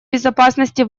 безопасности